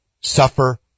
suffer